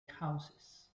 houses